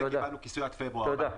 קיבלנו כיסוי עד פברואר.